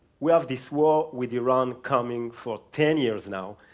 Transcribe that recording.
we have this war with iran coming for ten years now,